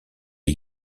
est